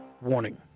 Warning